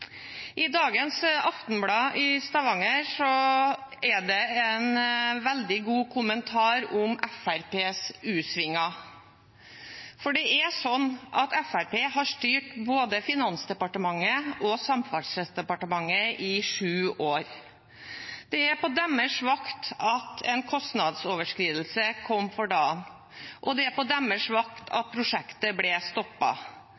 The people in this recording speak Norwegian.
I dagens Stavanger Aftenblad er det en veldig god kommentar om Fremskrittspartiets u-svinger, for det er slik at Fremskrittspartiet har styrt både Finansdepartementet og Samferdselsdepartementet i sju år. Det er på deres vakt at en kostnadsoverskridelse kom for dagen, og det er på deres vakt